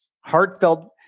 heartfelt